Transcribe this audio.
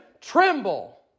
tremble